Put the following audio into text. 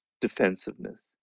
defensiveness